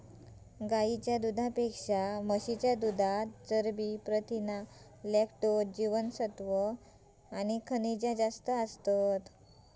गाईच्या दुधापेक्षा म्हशीच्या दुधात चरबी, प्रथीना, लॅक्टोज, जीवनसत्त्वा आणि खनिजा जास्त असतत